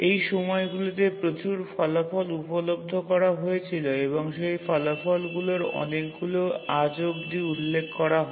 সেই সময়গুলোতে প্রচুর ফলাফল উপলব্ধ করা হয়েছিল এবং সেই ফলাফলগুলির অনেকগুলি আজ অবধি উল্লেখ করা হয়